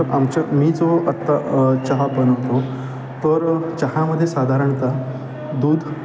ता आमच्या मी जो आत्ता चहा बनवतो तर चहामध्ये साधारणतः दूध